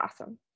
awesome